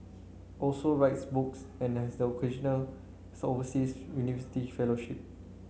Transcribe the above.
also writes books and has the occasional overseas university fellowship